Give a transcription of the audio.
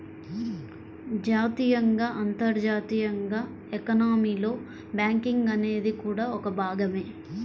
జాతీయంగా, అంతర్జాతీయంగా ఎకానమీలో బ్యాంకింగ్ అనేది కూడా ఒక భాగమే